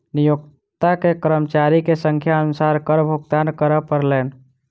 नियोक्ता के कर्मचारी के संख्या अनुसार कर भुगतान करअ पड़लैन